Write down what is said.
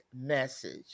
message